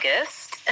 August